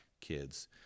kids